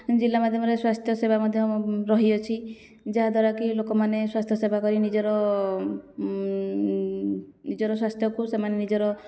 ଜିଲ୍ଲା ମାଧ୍ୟମରେ ସ୍ୱାସ୍ଥ୍ୟସେବା ମଧ୍ୟ ରହିଅଛି ଯାହାଦ୍ଵାରା କି ଲୋକମାନେ ସ୍ୱାସ୍ଥ୍ୟସେବା କରି ନିଜର ନିଜର ସ୍ୱାସ୍ଥ୍ୟକୁ ସେମାନେ ନିଜର